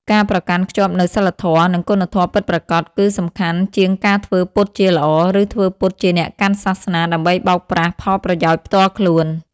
ការប្រកាន់ខ្ជាប់នូវសីលធម៌ និងគុណធម៌ពិតប្រាកដ គឺសំខាន់ជាងការធ្វើពុតជាល្អ ឬធ្វើពុតជាអ្នកកាន់សាសនាដើម្បីបោកប្រាស់ផលប្រយោជន៍ផ្ទាល់ខ្លួន។